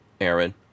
Aaron